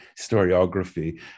historiography